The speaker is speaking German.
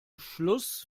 schluss